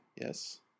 Yes